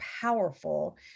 powerful